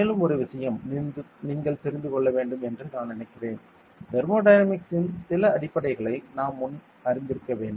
மேலும் ஒரு விஷயம் நீங்கள் தெரிந்து கொள்ள வேண்டும் என்று நான் நினைக்கிறேன் தெர்மோடைனமிக்ஸின் சில அடிப்படைகளை நாம் முன் அறிந்திருக்க வேண்டும்